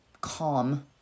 calm